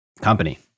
company